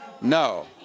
No